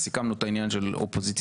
סיכמנו את העניין של אופוזיציה/קואליציה